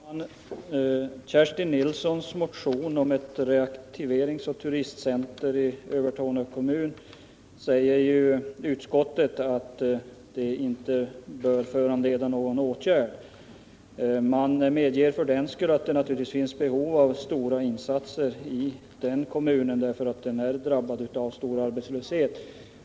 Herr talman! Beträffande Kerstin Nilssons motion om ett reaktiveringsoch turistcenter i Övertorneå säger näringsutskottet att den inte bör föranleda någon åtgärd. Utskottet medger dock att det naturligtvis finns behov av stora insatser i den kommunen därför att den är drabbad av stor arbetslöshet.